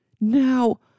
now